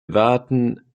erwarten